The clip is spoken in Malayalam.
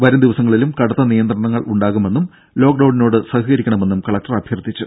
വരും ദിവസങ്ങളിലും കടുത്ത നിയന്ത്രണങ്ങൾ ഉണ്ടാകുമെന്നും ലോക്ഡൌണിനോട് സഹകരിക്കണമെന്നും കലക്ടർ അഭ്യർത്ഥിച്ചു